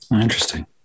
Interesting